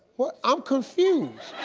what, i'm confused.